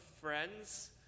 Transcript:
friends